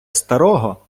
старого